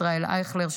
ישראל אייכלר,